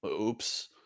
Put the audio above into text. Oops